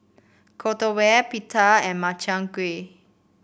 Korokke Pita and Makchang Gui